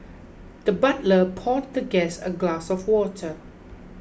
the butler poured the guest a glass of water